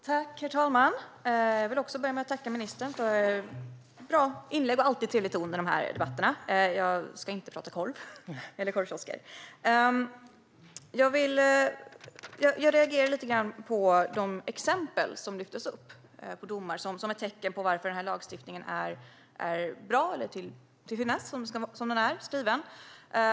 Herr talman! Jag vill också börja med att tacka ministern för bra inlägg och alltid trevlig ton i debatterna. Jag ska inte prata korv eller korvkiosker. Jag reagerade lite grann på de exempel på domar som lyftes fram som ett tecken på att lagstiftningen är bra och tillfyllest som den är skriven.